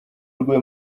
rwe